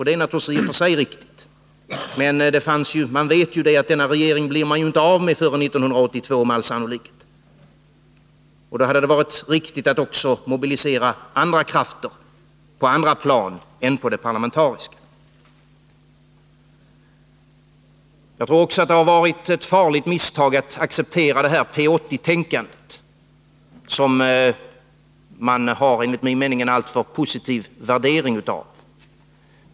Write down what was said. Det är naturligtvis i och för sig riktigt, men man vet ju att denna regering blir man med all sannolikhet inte av med före 1982. Då hade det varit riktigt att också mobilisera krafter på andra plan än på det parlamentariska. Jag tror också att det har varit ett farligt misstag att acceptera P 80-tänkandet, som man enligt min mening har en alltför positiv värdering av.